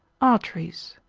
arteries.